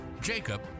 Jacob